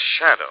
shadow